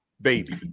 baby